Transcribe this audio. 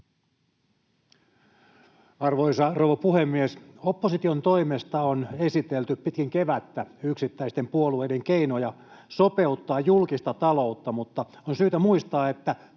Arvoisa rouva puhemies! Opposition toimesta on esitelty pitkin kevättä yksittäisten puolueiden keinoja sopeuttaa julkista taloutta, mutta on syytä muistaa, että